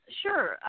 sure